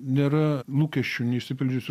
nėra lūkesčių neišsipildžiusių